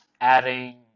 adding